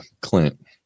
Clint